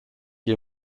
you